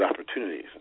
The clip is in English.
opportunities